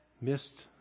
missed